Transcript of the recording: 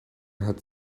hat